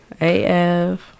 AF